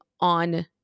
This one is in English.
on